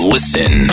Listen